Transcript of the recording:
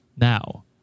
Now